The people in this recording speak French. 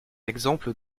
exemple